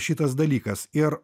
šitas dalykas ir